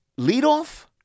leadoff